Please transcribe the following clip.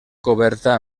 coberta